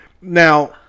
Now